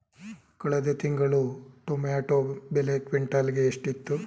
ಕಳೆದ ತಿಂಗಳು ಟೊಮ್ಯಾಟೋ ಬೆಲೆ ಕ್ವಿಂಟಾಲ್ ಗೆ ಎಷ್ಟಿತ್ತು?